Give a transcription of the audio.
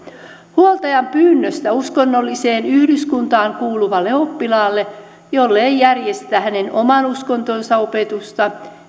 huoltajan pyynnöstä uskonnolliseen yhdyskuntaan kuuluvalle oppilaalle jolle ei järjestetä hänen oman uskontonsa opetusta